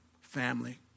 family